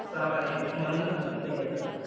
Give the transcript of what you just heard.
प्रमाणे म्हणुनूच तुमका तें हे जाला